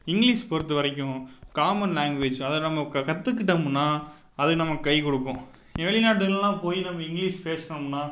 English பொறுத்தவரைக்கும் common language அதை நம்ம க கற்றுக்கிட்டமுன்னா அது நமக்கு கை கொடுக்கும் இங்கே வெளிநாட்டுகளெலாம் போய் நம்ம இங்கிலீஷ் பேசினம்னா